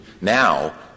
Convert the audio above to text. Now